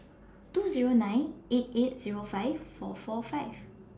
two Zero nine eight eight Zero five four four five